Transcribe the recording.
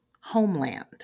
homeland